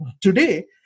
today